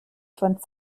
von